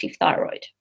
thyroid